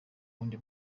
wundi